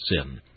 sin